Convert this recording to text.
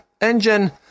Engine